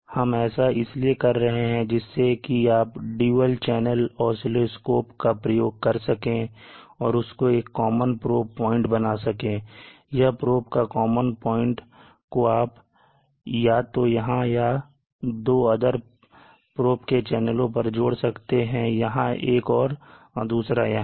हम ऐसा इसलिए कर रहे हैं जिससे कि आप dual channel oscilloscope का प्रयोग कर सकें और उसको एक कॉमन probe पॉइंट बना सकें यह probe का कॉमन पॉइंट को आप या तो यहां या 2 अदर probe के चैनलों पर जुड़ सकते हैं एक यहां और एक दूसरा यहां